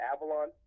Avalon